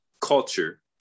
culture